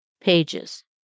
pages